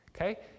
Okay